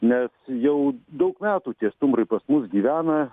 nes jau daug metų tie stumbrai pas mus gyvena